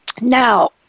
Now